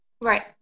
Right